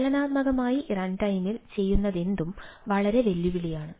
ചലനാത്മകമായി റൺടൈമിൽ ചെയ്യുന്നതെന്തും വളരെ വെല്ലുവിളിയാണ്